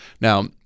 now